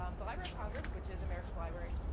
um the library of congress, which is america's library,